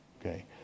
Okay